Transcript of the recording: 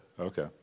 Okay